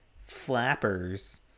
flappers